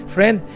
Friend